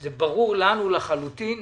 זה ברור לנו לחלוטין